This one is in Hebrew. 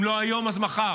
אם לא היום אז מחר